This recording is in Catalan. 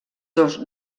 dos